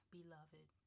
Beloved